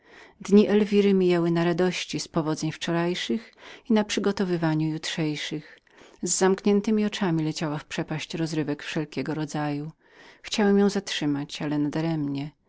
dni elwiry mijały w napawaniu się powodzeniami dnia wczorajszego i cieszenia się nadzieją dni następnych z zamkniętemi oczyma leciała w przepaść rozrywek wszelkiego rodzaju chciałem ją zatrzymać ale